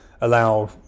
allow